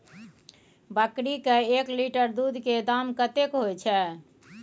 बकरी के एक लीटर दूध के दाम कतेक होय छै?